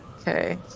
Okay